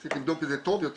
צריך לבדוק את זה יותר לעומק